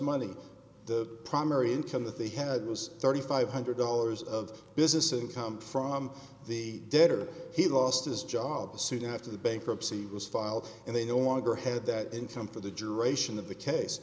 money the primary income that they had was thirty five hundred dollars of business income from the debtor he lost his job soon after the bankruptcy was filed and they no longer had that income for the duration of the case